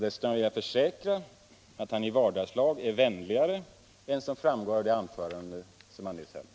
Dessutom vill jag försäkra att han i vardagslag är vänligare än vad som framgår av det anförande som han nyss höll.